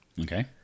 Okay